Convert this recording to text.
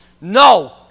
No